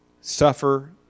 suffer